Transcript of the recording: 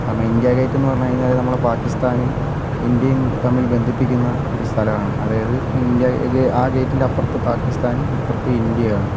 കാരണം ഇന്ത്യാഗേറ്റ് എന്ന് പറഞ്ഞു കഴിഞ്ഞാൽ നമ്മുടെ പാക്കിസ്ഥാനും ഇന്ത്യയും തമ്മിൽ ബന്ധിപ്പിക്കുന്ന ഒരു സ്ഥലമാണ് അതായത് ഇന്ത്യഗേറ്റ് ആ ഗേറ്റിന്റെ അപ്പുറത്ത് പാക്കിസ്ഥാനും ഇപ്പുറത്ത് ഇന്ത്യയുമാണ്